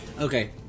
Okay